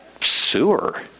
sewer